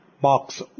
box